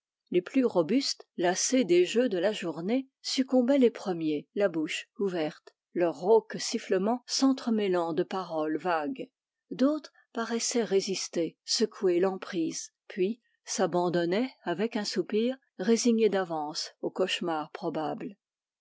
les plus robustes lassés des jeux de la journée s qccombaient les premiers la bouche ouverte leur rauque sifflement s'entremêlant de paroles vagues d'autres paraissaient résister secouer l'emprise puis s'abandonnaient avec un soupir résignés d'avance aux cauchemars probables